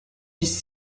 dix